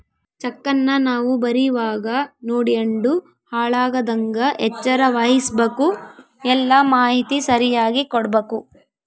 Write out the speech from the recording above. ಚೆಕ್ಕನ್ನ ನಾವು ಬರೀವಾಗ ನೋಡ್ಯಂಡು ಹಾಳಾಗದಂಗ ಎಚ್ಚರ ವಹಿಸ್ಭಕು, ಎಲ್ಲಾ ಮಾಹಿತಿ ಸರಿಯಾಗಿ ಕೊಡ್ಬಕು